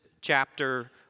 chapter